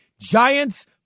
Giants